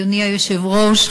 אדוני היושב-ראש,